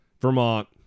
vermont